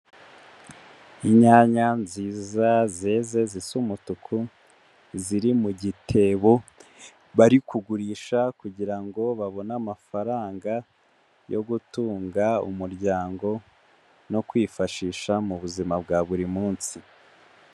Inyanya nziza zeze zisa umutuku ziri mu gitebo, bari kugurisha kugira ngo babone amafaranga yo gutunga umuryango no kwifashisha mu buzima bwa buri munsi.